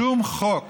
שום חוק